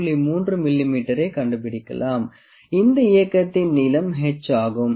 3 மிமீ ரை கண்டுபிடிக்கலாம் இந்த இயக்கத்தின் நீளம் h ஆகும்